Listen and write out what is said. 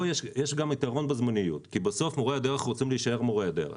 פה יש גם יתרון בזמניות כי בסוף מורי הדרך רוצים להישאר מורי דרך.